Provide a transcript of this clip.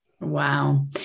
Wow